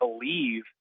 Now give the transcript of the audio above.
believe